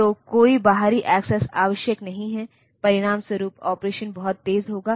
तो कोई बाहरी एक्सेस आवश्यक नहीं है परिणामस्वरूप ऑपरेशन बहुत तेज होगा